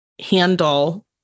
handle